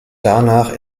danach